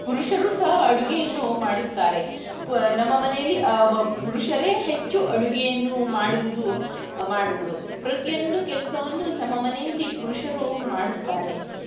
ಪುರುಷರು ಸಹ ಅಡುಗೆಯನ್ನು ಮಾಡುತ್ತಾರೆ ಪು ನಮ್ಮ ಮನೆಯಲ್ಲಿ ಅವ ಪುರುಷರೇ ಹೆಚ್ಚು ಅಡುಗೆಯನ್ನು ಮಾಡುವುದು ಮಾಡುವುದು ಪ್ರತಿಯೊಂದು ಕೆಲಸವನ್ನು ನಮ್ಮ ಮನೆಯಲ್ಲಿ ಪುರುಷರು ಮಾಡುತ್ತಾರೆ